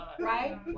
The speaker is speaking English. right